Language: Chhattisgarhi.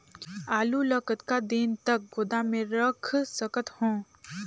आलू ल कतका दिन तक गोदाम मे रख सकथ हों?